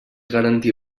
garantir